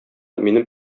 минем